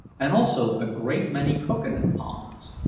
and also a great many cocoa-nut palms.